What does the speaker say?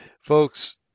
folks